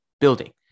building